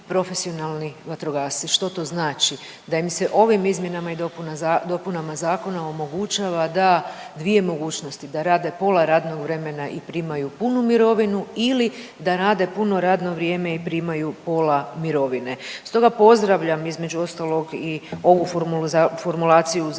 profesionalni vatrogasci. Što to znači? Da im se ovim izmjenama i dopunama zakona omogućava da, dvije mogućnosti da rade pola radnog vremena i primaju punu mirovinu ili da rade puno radno vrijeme i primaju pola mirovine. Stoga pozdravljam između ostalog i ovu formulaciju u